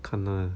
看那